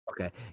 Okay